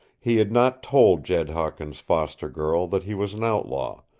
he had not told jed hawkins' foster-girl that he was an outlaw,